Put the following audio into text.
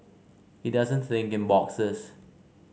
he doesn't think in boxes